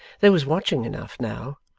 there was watching enough, now,